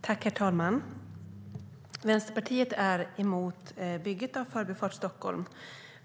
Herr talman! Vänsterpartiet är emot bygget av Förbifart Stockholm.